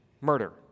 murder